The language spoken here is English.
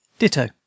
Ditto